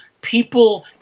people